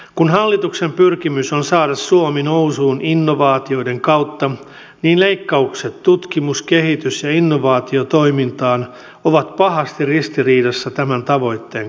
kun hallituksen pyrkimys on saada suomi nousuun innovaatioiden kautta niin leikkaukset tutkimus kehitys ja innovaatiotoimintaan ovat pahasti ristiriidassa tämän tavoitteen kanssa